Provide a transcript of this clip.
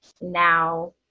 now